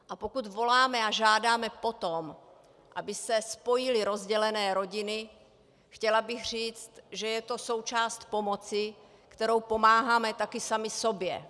A pokud voláme a žádáme po tom, aby se spojily rozdělené rodiny, chtěla bych říct, že je to součást pomoci, kterou pomáháme taky sami sobě.